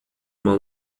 uma